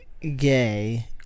gay